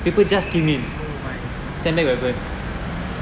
oh my god